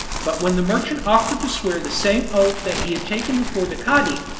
but when the merchant offered to swear the same oath that he had taken before the cadi,